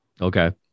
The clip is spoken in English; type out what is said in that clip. Okay